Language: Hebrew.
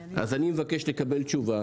אז אני מבקש לקבל תשובה.